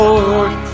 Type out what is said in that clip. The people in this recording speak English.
Lord